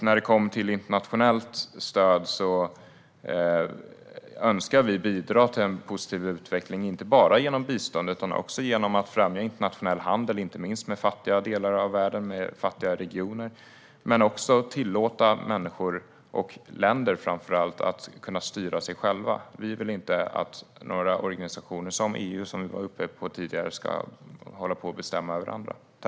När det gäller internationellt stöd önskar vi bidra till en positiv utveckling, inte bara genom bistånd utan också genom att främja internationell handel, inte minst med fattiga regioner, och genom att tillåta människor och länder att kunna styra sig själva. Vi vill inte att organisationer som EU, som jag var inne på tidigare, ska bestämma över andra.